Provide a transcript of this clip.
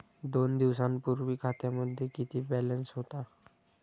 दोन दिवसांपूर्वी खात्यामध्ये किती बॅलन्स होता?